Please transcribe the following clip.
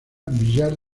villar